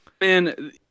Man